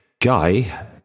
Guy